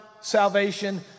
salvation